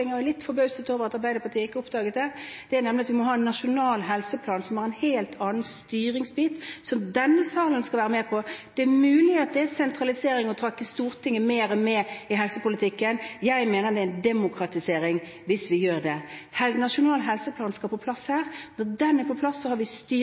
er litt forbauset over at Arbeiderpartiet ikke har oppdaget det. Det er nemlig at vi må ha en nasjonal helseplan med en helt annen styringsbit, som denne salen skal være med på. Det er mulig at det er sentralisering å trekke Stortinget mer med i helsepolitikken. Jeg mener at det er en demokratisering å gjøre det. Den nasjonale helseplanen skal på